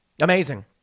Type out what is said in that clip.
Amazing